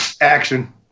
action